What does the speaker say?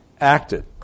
acted